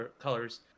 colors